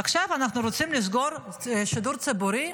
עכשיו אנחנו רוצים לסגור את השידור הציבורי?